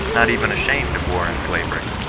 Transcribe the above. not even ashamed of war and slavery.